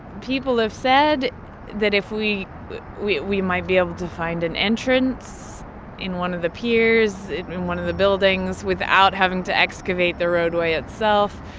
people have said that if we we might be able to find an entrance in one of the piers, in one of the buildings without having to excavate the roadway itself,